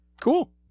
Cool